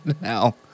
now